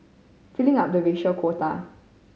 filling up the racial quota